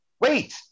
wait